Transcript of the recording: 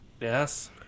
Yes